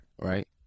Right